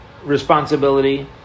Responsibility